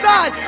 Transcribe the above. God